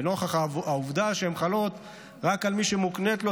ונוכח העובדה שהן חלות רק על מי שמוקנית לו